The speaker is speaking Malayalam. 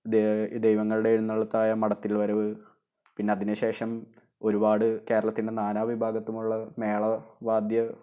ദേ ദൈവങ്ങളുടെ എഴുന്നള്ളത്തായ മടത്തില് വരവ് പിന്നെ അതിനുശേഷം ഒരുപാട് കേരളത്തിന്റെ നാനാവിഭാഗത്തുമുള്ള മേള വാദ്യ